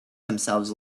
themselves